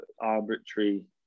arbitrary